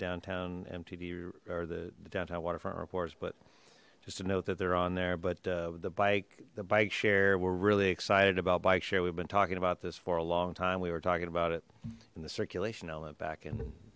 downtown mtd or the downtown waterfront reports but just to note that they're on there but uh the bike the bike share we're really excited about bike share we've been talking about this for a long time we were talking about it in the circulation element back in